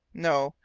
no!